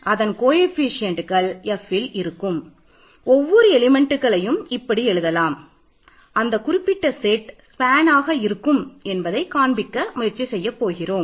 m n 1 ஆக இருந்தால் இந்த செட்டால் என்று காண்பிப்பதற்கு முயற்சி செய்கிறோம்